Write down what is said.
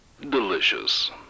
Delicious